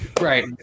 Right